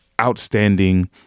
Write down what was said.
outstanding